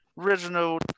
original